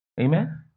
Amen